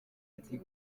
ati